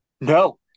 No